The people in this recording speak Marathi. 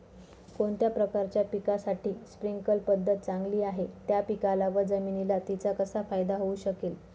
कोणत्या प्रकारच्या पिकासाठी स्प्रिंकल पद्धत चांगली आहे? त्या पिकाला व जमिनीला तिचा कसा फायदा होऊ शकेल?